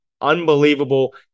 Unbelievable